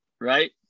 right